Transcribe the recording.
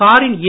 காரின் ஏ